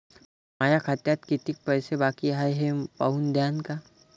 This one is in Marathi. माया खात्यात कितीक पैसे बाकी हाय हे पाहून द्यान का?